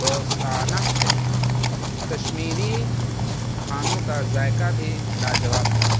دوستانہ تھے کشمیری کھانوں کا ذائقہ بھی لاجواب تھا